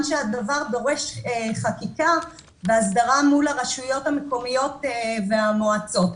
שהדבר דורש חקיקה והסדרה מול הרשויות המקומיות והמועצות.